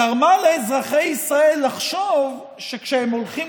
גרמה לאזרחי ישראל לחשוב שכשהולכים